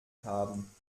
haben